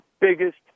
biggest